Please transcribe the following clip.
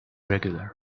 regular